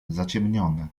zaciemnione